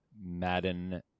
Madden